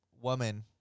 woman